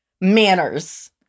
manners